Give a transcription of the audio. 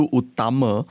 utama